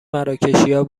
مراکشیا